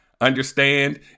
understand